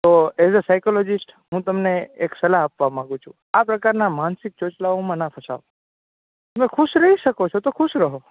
તો as a psychologist હું તમને એક સલાહ આપું છું આ પ્રકારના માનસિક ચોચલાઓમાં ન ફસાવો તમે ખુશ રહી શકો છો તો રહો